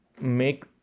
make